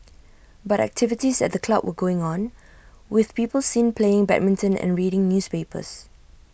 but activities at the club were going on with people seen playing badminton and reading newspapers